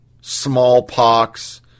smallpox